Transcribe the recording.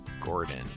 Gordon